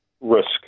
risk